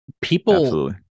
People